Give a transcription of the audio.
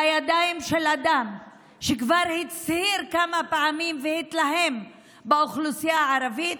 לידיים של אדם שכבר הצהיר כמה פעמים והתלהם על האוכלוסייה הערבית,